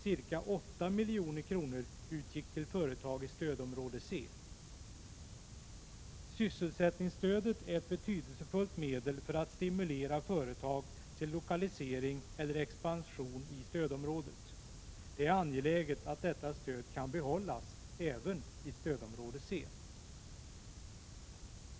Ca 8 milj.kr. utgick till företag i stödområde C. Sysselsättningsstödet är ett betydelsefullt medel för att stimulera företag till lokalisering eller expansion i stödområdet. Det är angeläget att detta stöd kan bibehållas även i stödområde C.